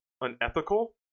unethical